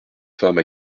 femme